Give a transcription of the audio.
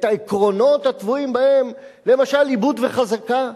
את העקרונות הטבועים בהם, למשל עיבוד וחזקה,